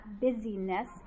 busyness